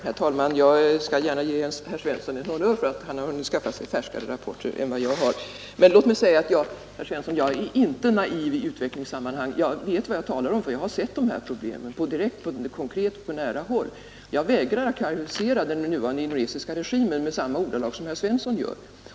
Herr talman! Jag skall gärna ge herr Svensson i Malmö en honnör för att han har hunnit skaffa sig färskare rapporter än jag. Men jag är inte naiv i utvecklingssammanhang, herr Svensson. Jag vet vad jag talar om, eftersom jag har sett de konkreta problemen på nära håll. Och jag vägrar att karakterisera den nuvarande indonesiska regimen i samma ordalag som herr Svensson gör.